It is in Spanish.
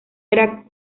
era